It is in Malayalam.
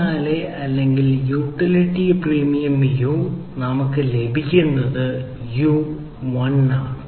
84 അല്ലെങ്കിൽ യൂട്ടിലിറ്റി പ്രീമിയം യു നമുക്ക് ലഭിക്കുന്നത് യു 1 ആണ്